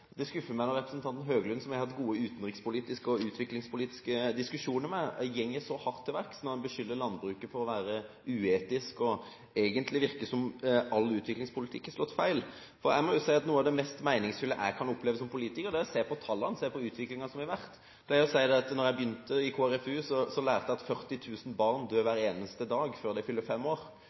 det skuffer meg når representanten Høglund, som jeg har hatt gode utenrikspolitiske og utviklingspolitiske diskusjoner med, går så hardt til verks og beskylder landbruket for å være uetisk, og at det egentlig virker som om all utviklingspolitikk har slått feil. Noe av det mest meningsfulle jeg kan oppleve som politiker, er å se på tallene og på utviklingen som har vært. Jeg pleier å si at da jeg begynte i KrFU, lærte jeg at 40 000 barn dør hver eneste dag før de fyller fem år.